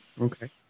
Okay